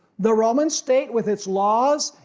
the roman state, with its laws,